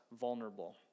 vulnerable